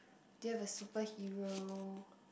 do you have a super hero